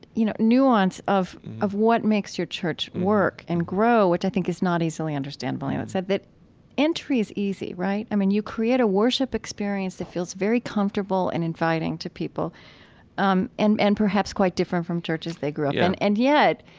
you know, nuance of of what makes your church work and grow, which, i think, is not easily understandable. and it's said that entry is easy, right? i mean, you create a worship experience that feels very comfortable and inviting to people um and and perhaps quite different from churches they grew up in yeah and yet,